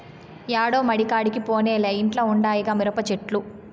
యాడో మడికాడికి పోనేలే ఇంట్ల ఉండాయిగా మిరపచెట్లు